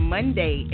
Monday